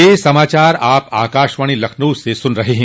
ब्रे क यह समाचार आप आकाशवाणी लखनऊ से सुन रहे हैं